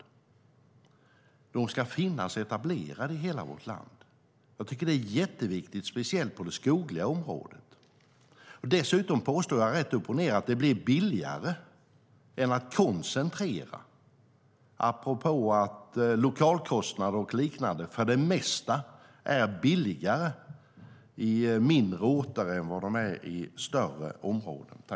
De ska vara etablerade i hela vårt land. Det är jätteviktigt, speciellt på det skogliga området. Dessutom påstår jag rätt upp och ned att det blir billigare än att koncentrera, apropå att lokalkostnader och liknande för det mesta är billigare på mindre orter än i större samhällen.